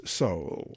soul